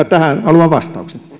tähän haluan vastauksen